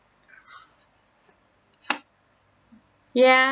ya